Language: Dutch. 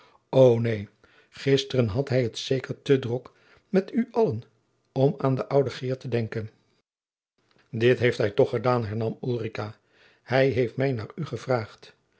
och neen gisteren had hij het zeker te drok met u allen om aan de oude geert te denken dit heeft hij toch gedaan hernam ulrica hij heeft mij naar u gevraagd